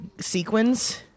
sequins